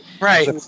right